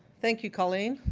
thank you, colleen.